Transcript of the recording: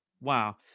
wow